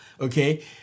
okay